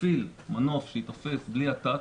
מפעיל מנוף שייתפס בלי אתת